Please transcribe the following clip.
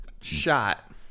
shot